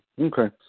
Okay